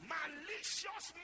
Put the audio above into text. Malicious